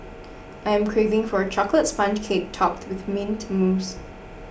I am craving for a Chocolate Sponge Cake Topped with Mint Mousse